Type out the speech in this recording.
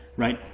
right?